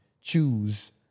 choose